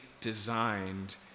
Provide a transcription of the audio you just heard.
designed